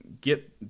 get